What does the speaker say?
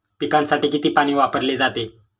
पिकांसाठी किती पाणी वापरले जाते?